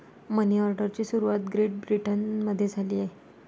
मनी ऑर्डरची सुरुवात ग्रेट ब्रिटनमध्ये झाली